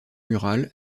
murale